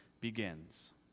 begins